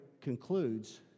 concludes